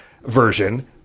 version